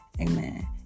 amen